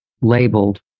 labeled